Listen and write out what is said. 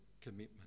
commitment